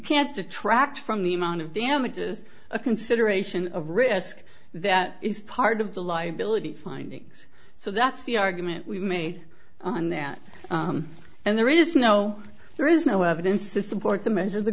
can't detract from the amount of damages a consideration of risk that is part of the liability findings so that's the argument we've made on that and there is no there is no evidence to support the measure